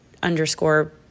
underscore